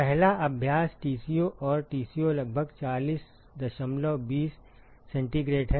पहला अभ्यास Tco और Tco लगभग 402oC है